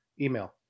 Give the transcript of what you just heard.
email